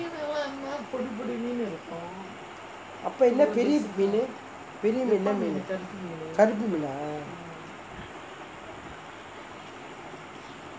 அப்பே என்னா பெரிய மீனு பெரிய மீனு என்னா மீனு கருப்பு மீனா:appae enna periya meenu periya meenu enna meenu karuppu meena